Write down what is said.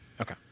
Okay